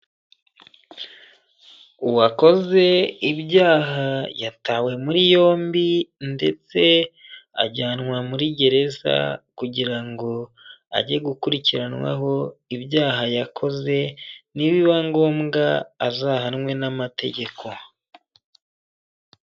Uwakoze ibyaha yatawe muri yombi ndetse ajyanwa muri gereza kugira ngo ajye gukurikiranwaho ibyaha yakoze, nibiba ngombwa azahanwe n'amategeko.